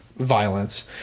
Violence